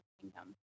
kingdom